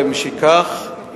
ומשכך,